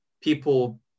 people